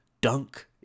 Dunk